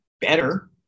better